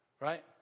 right